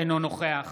אינו נוכח